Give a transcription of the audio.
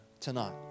tonight